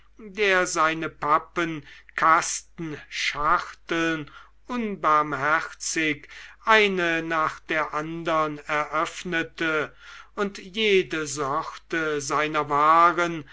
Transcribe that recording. der seine pappen kasten schachteln unbarmherzig eine nach der andern eröffnete und jede sorte seiner waren